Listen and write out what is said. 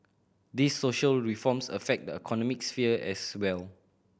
these social reforms affect the economic sphere as well